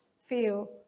feel